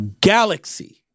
Galaxy